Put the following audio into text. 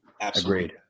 Agreed